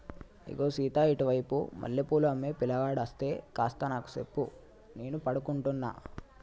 ఇగో సీత ఇటు వైపు మల్లె పూలు అమ్మే పిలగాడు అస్తే కాస్త నాకు సెప్పు నేను పడుకుంటున్న